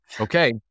okay